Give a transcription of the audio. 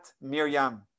Miriam